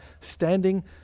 standing